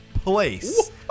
Place